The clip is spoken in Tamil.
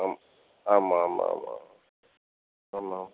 ஆம் ஆமாம் ஆமாம் ஆமாம் ஆமாம் ஆமாம் ஆமாம்